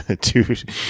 Dude